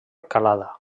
calada